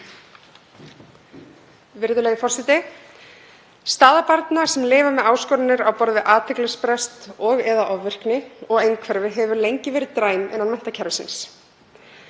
Virðulegur forseti. Staða barna sem lifa með áskoranir á borð við athyglisbrest og/eða ofvirkni og einhverfu hefur lengi verið slæm innan menntakerfisins,